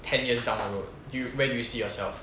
ten years down the road do you where you see yourself